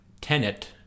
Tenet